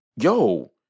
Yo